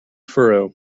furrow